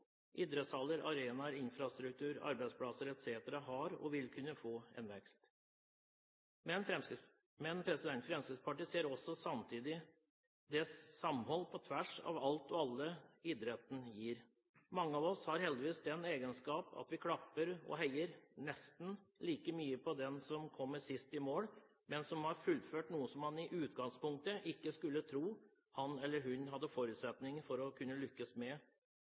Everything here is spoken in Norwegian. Idrettshaller, arenaer, infrastruktur, arbeidsplasser etc. vil kunne få en vekst. Fremskrittspartiet ser samtidig samholdet på tvers av alt og alle som idretten gir. Mange av oss har heldigvis den egenskap at vi klapper og heier nesten like mye på den som kommer sist i mål – men som har fullført noe som man i utgangspunktet ikke skulle tro han eller hun hadde forutsetninger for å kunne lykkes med